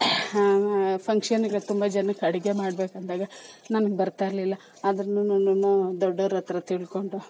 ಫಂಕ್ಷನ್ಗೆ ತುಂಬ ಜನಕ್ಕೆ ಅಡುಗೆ ಮಾಡ್ಬೇಕೆಂದಾಗ ನನ್ಗೆ ಬರ್ತಾಯಿರ್ಲಿಲ್ಲ ಆದ್ರೂನು ನಾನು ದೊಡ್ಡವ್ರ ಹತ್ತಿರ ತಿಳ್ಕೊಂಡು